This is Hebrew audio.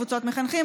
קבוצות מחנכים,